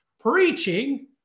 Preaching